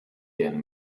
gerne